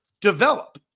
develop